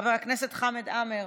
חבר הכנסת חמד עמאר,